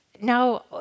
now